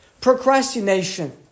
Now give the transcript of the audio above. Procrastination